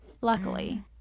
luckily